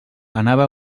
anava